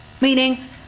Meaning